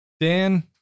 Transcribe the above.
Dan